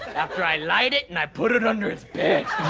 after i light it and i put it under his bed.